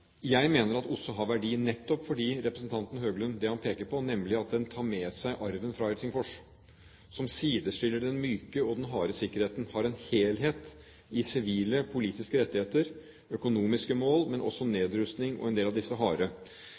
Jeg mener at OSSE har verdi nettopp på grunn av det representanten Høglund peker på, nemlig at den tar med seg arven fra Helsingfors, som sidestiller den myke og den harde sikkerheten og har en helhet i sivile, politiske rettigheter, økonomiske mål, men også nedrustning og en del av disse harde